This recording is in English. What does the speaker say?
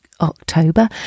October